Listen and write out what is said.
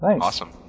Awesome